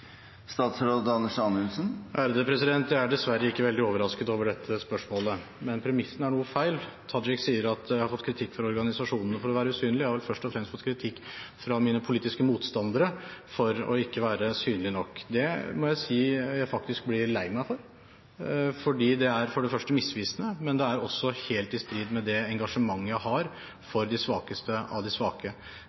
Jeg er dessverre ikke veldig overrasket over dette spørsmålet, men premissene er noe feil. Tajik sier at jeg har fått kritikk fra organisasjonene for å være usynlig. Jeg har vel først og fremst fått kritikk fra mine politiske motstandere for ikke å være synlig nok. Det må jeg si jeg faktisk blir lei meg for, for det er for det første misvisende, men det er også helt i strid med det engasjementet jeg har for de svakeste av de svake.